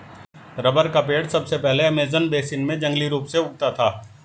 rubber का पेड़ सबसे पहले अमेज़न बेसिन में जंगली रूप से उगता था